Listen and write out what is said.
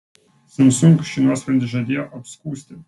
samsung šį nuosprendį žadėjo apskųsti